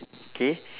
K